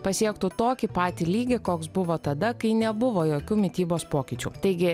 pasiektų tokį patį lygį koks buvo tada kai nebuvo jokių mitybos pokyčių taigi